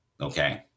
okay